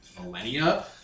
millennia